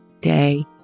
day